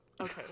Okay